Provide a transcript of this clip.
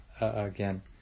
again